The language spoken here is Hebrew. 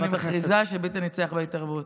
אני מכריזה שביטן ניצח בהתערבות.